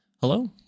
Hello